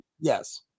Yes